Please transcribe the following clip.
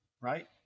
right